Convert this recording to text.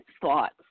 thoughts